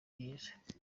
byiza